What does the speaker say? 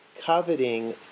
coveting